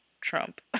Trump